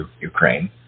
Ukraine